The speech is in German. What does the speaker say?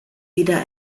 wieder